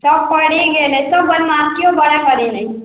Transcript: सब पढ़े गेलै सब बढ़िऑं घरे है